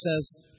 says